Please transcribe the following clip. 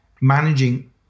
managing